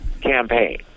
campaign